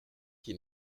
qui